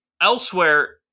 elsewhere